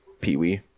Pee-wee